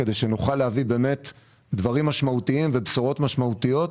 כדי שנוכל להביא דברים משמעותיים ובשורות משמעותיות